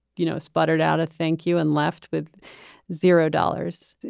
you know, sputtered out a thank you and left with zero dollars.